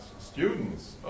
students